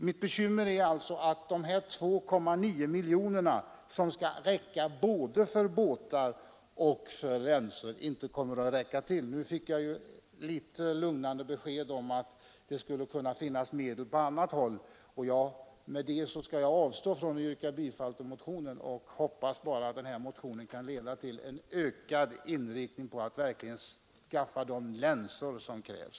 Mitt bekymmer är alltså att de 2,9 miljoner som skall användas till både båtar och länsor inte kommer att räcka. Nu fick jag ett litet lugnande besked om att det skulle kunna finnas medel på annat håll, och efter det skall jag avstå från att yrka bifall till motionen. Jag hoppas bara att denna debatt kan leda till en ökad inriktning på att verkligen skaffa de länsor som krävs.